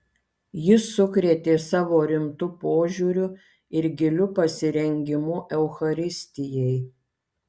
ji sukrėtė savo rimtu požiūriu ir giliu pasirengimu eucharistijai